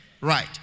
Right